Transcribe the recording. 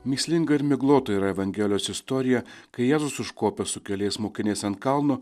mįslinga ir miglota yra evangelijos istorija kai jėzus užkopė su keliais mokiniais ant kalno